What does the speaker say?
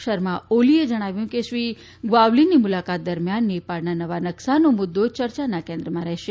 શર્મા ઓલીએ જણાવ્યું છે કે શ્રી ગ્યાવલીની મુલાકાત દરમિયાન નેપાળના નવા નક્સાનો મુદ્દો ચર્ચાના કેન્દ્રમાં રહેશે